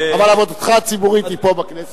אבל עבודתך הציבורית היא פה בכנסת.